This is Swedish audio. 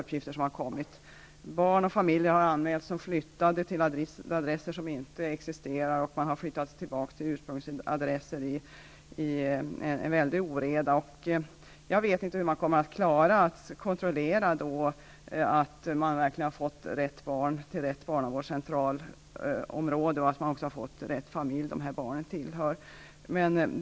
Det har anmälts att barn och familjer har flyttat till adresser som inte existerar, och det har anmälts att vissa har flyttat tillbaka till sina ursprungsadresser. Det har varit en stor oreda. Jag vet inte hur man skall klara av att kontrollera att man verkligen har fått rätt barn till rätt barnavårdscentralområde och att man har fått en riktig uppgift om den familj som barnet tillhör.